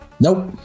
Nope